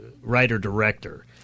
writer-director